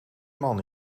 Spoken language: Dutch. man